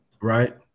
right